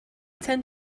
tend